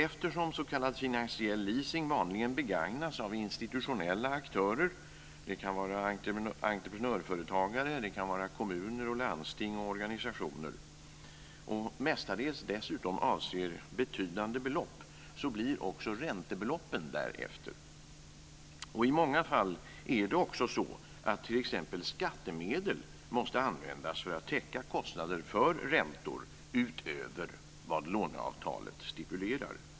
Eftersom s.k. finansiell leasing vanligen begagnas av institutionella aktörer - det kan vara entreprenörsföretagare, kommuner, landsting och organisationer - och mestadels dessutom avser betydande belopp, så blir också räntebeloppen därefter. I många fall är det också så att t.ex. skattemedel måste användas för att täcka kostnader för räntor utöver vad låneavtalet stipulerar.